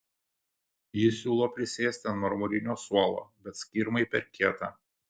ji siūlo prisėsti ant marmurinio suolo bet skirmai per kieta